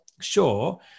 sure